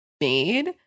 made